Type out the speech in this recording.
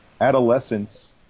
adolescence